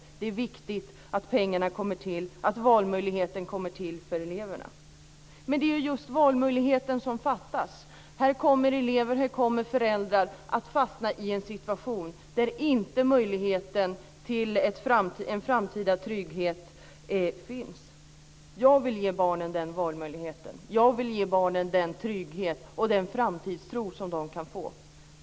Det är viktigt att pengarna och valmöjligheten för eleverna kommer till. Det är dock just valmöjligheten som fattas. Här kommer elever och föräldrar att fastna i en situation där möjligheten till en framtida trygghet inte finns. Jag vill ge barnen den valmöjligheten. Jag vill ge barnen den trygghet och den framtidstro som de kan få.